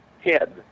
head